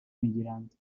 میگیرند